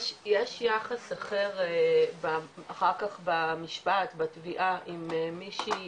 יש יחס אחר אחר־כך במשפט, בתביעה אם מישהי